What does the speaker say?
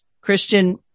Christian